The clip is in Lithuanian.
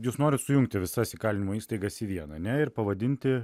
jūs norit sujungti visas įkalinimo įstaigas į vieną ne ir pavadinti